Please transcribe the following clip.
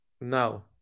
No